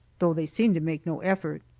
though they seemed to make no effort.